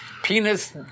Penis